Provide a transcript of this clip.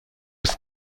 ist